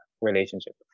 relationship